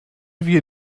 wir